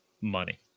money